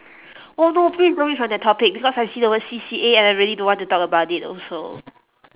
oh no please don't read from that topic because I see the word C_C_A and I really don't want to talk about it also